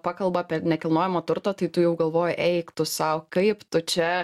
pakalba apie nekilnojamą turtą tai tu jau galvoji eik tu sau kaip tu čia